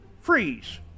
Freeze